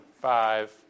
five